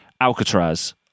Alcatraz